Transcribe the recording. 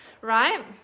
right